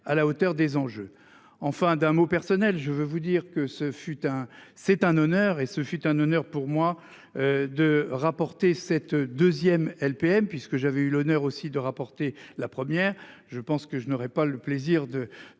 à la hauteur des enjeux. Enfin, d'un mot personnel. Je veux vous dire que ce fut un, c'est un honneur et ce fut un honneur pour moi. De rapporter cette 2ème LPM puisque j'avais eu l'honneur aussi de rapporter la première, je pense que je n'aurais pas le plaisir de